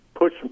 push